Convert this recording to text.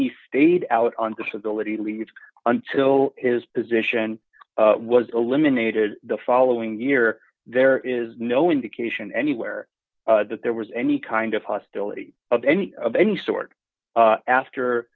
he stayed out on disability leave until his position was eliminated the following year there is no indication anywhere that there was any kind of hostility of any of any sort after